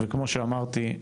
וכמו שאמרתי,